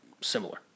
similar